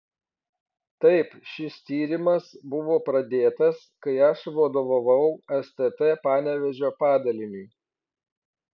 taip šis tyrimas buvo pradėtas kai aš vadovavau stt panevėžio padaliniui